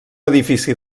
edifici